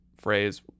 phrase